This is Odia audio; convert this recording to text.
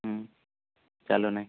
ହୁଁ ଚାଲୁନାହିଁ